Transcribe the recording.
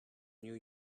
new